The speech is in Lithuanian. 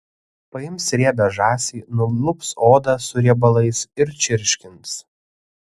paims riebią žąsį nulups odą su riebalais ir čirškins